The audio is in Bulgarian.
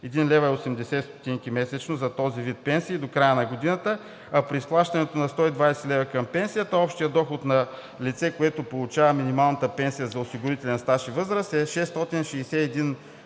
от 541,80 лв. месечно за този вид пенсии до края на годината, а при изплащането на 120 лв. към пенсията общият доход на лице, което получава минималната пенсия за осигурителен стаж и възраст, е 661,80 лв.